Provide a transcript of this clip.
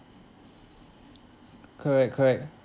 correct correct